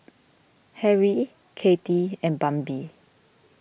Harrie Katy and Bambi